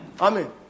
Amen